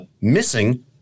missing